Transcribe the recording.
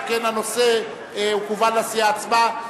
שכן הנושא כוון לסיעה עצמה.